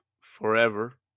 forever